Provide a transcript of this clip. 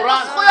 אין פה זכויות,